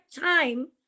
time